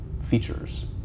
features